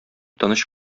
тыныч